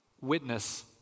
witness